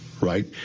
right